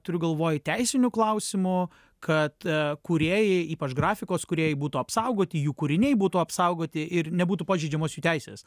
turiu galvoj teisinių klausimų kad kūrėjai ypač grafikos kūrėjai būtų apsaugoti jų kūriniai būtų apsaugoti ir nebūtų pažeidžiamos jų teisės